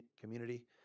community